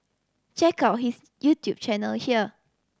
check out his YouTube channel here